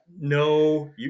No